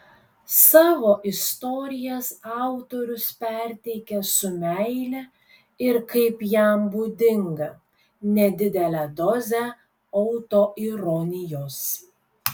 savo istorijas autorius perteikia su meile ir kaip jam būdinga nedidele doze autoironijos